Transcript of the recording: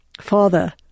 Father